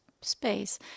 space